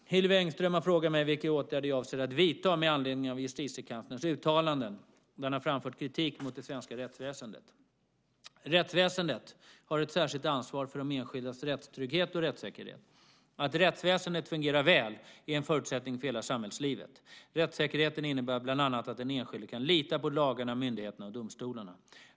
Fru talman! Hillevi Engström har frågat mig vilka åtgärder jag avser att vidta med anledning av Justitiekanslerns uttalanden, där han har framfört kritik mot det svenska rättsväsendet. Rättsväsendet har ett särskilt ansvar för de enskildas rättstrygghet och rättssäkerhet. Att rättsväsendet fungerar väl är en förutsättning för hela samhällslivet. Rättssäkerheten innebär bland annat att den enskilde kan lita på lagarna, myndigheterna och domstolarna.